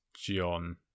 John